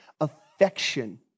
affection